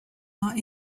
are